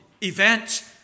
event